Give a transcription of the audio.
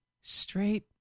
straight